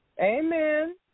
Amen